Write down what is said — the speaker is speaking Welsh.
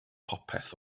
popeth